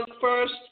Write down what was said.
first